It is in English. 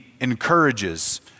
encourages